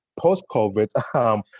post-COVID